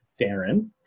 Darren